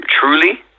truly